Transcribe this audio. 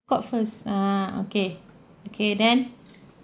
got first ah okay okay then